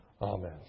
Amen